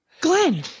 Glenn